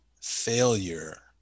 failure